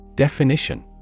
Definition